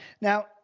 Now